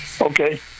Okay